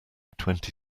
twenty